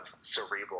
cerebral